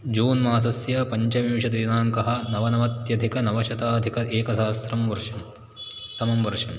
जून् मासस्य पञ्चविंशतिदिनाङ्कः नवनवत्यधिकनवशताधिक एकसहस्रं वर्षं तं वर्षं